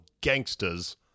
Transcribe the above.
gangsters